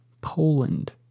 Poland